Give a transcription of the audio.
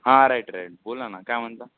हा right right बोला ना काय म्हणता